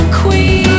queen